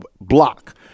block